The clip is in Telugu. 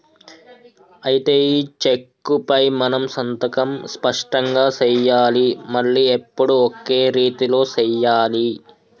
అయితే ఈ చెక్కుపై మనం సంతకం స్పష్టంగా సెయ్యాలి మళ్లీ ఎప్పుడు ఒకే రీతిలో సెయ్యాలి